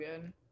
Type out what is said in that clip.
good